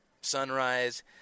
sunrise